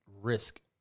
Risk